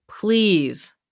please